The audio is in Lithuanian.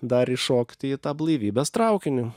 dar įšokti į tą blaivybės traukinį